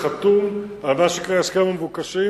חתום על מה שנקרא הסכם המבוקשים,